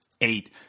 eight